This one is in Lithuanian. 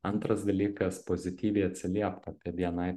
antras dalykas pozityviai atsiliepk apie bni